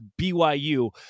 BYU